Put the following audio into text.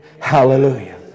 Hallelujah